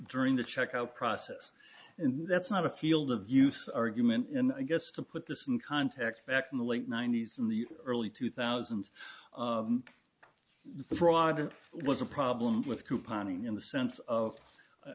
during the checkout process and that's not a field of use argument and i guess to put this in context back in the late ninety's in the early two thousand fraud it was a problem with couponing in the sense